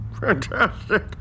fantastic